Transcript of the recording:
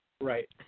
Right